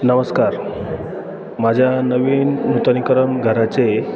नमस्कार माझ्या नवीन नूतनीकरण घराचे